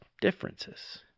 differences